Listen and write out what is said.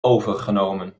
overgenomen